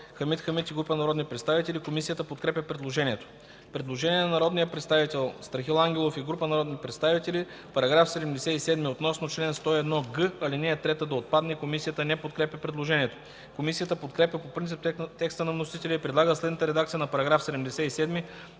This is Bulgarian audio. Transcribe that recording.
Комисията подкрепя предложението.